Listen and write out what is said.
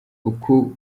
uku